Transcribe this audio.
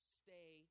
stay